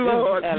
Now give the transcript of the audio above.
Lord